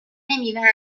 میوه